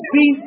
See